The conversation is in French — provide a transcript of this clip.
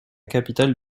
capitale